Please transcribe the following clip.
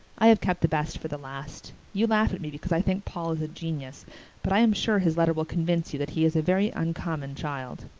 i have kept the best for the last. you laugh at me because i think paul is a genius but i am sure his letter will convince you that he is a very uncommon child.